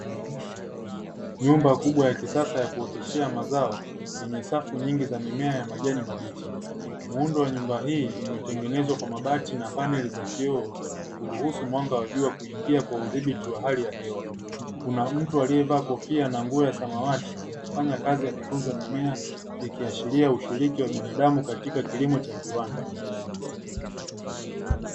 Nyumba kubwa ya kisasa ya kuoteshea mazao yenye safu nyingi za mimea ya majani mabichi. Muundo wa nyumba hii umetengenezwa kwa makati na paneli za nyumba ya kioo kuruhusu mwanga kuingia kwa udhibiti wa Hali ya hewa kuna mtu aliyevaa kofia na nguo ya samawati akifanya kazi ya kutunza mimea ikashiria ushiriki wa binadamu katika kilimo cha viwanda.